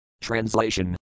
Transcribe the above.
Translation